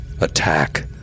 attack